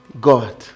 God